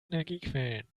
energiequellen